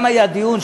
גם היה דיון,